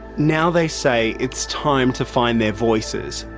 now they say it's time to find their voices,